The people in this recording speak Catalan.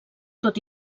tot